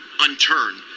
unturned